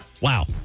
Wow